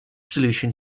solution